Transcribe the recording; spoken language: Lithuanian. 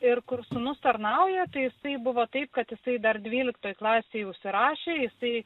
ir kur sūnus tarnauja tai jisai buvo taip kad jisai dar dvyliktoj klasėj užsirašė jisai